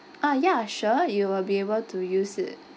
ah ya sure you will be able to use it